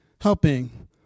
helping